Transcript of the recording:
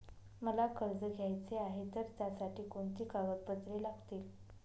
मला कर्ज घ्यायचे आहे तर त्यासाठी कोणती कागदपत्रे लागतील?